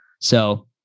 So-